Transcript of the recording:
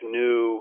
new